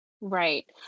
Right